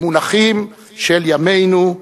במונחים של ימינו,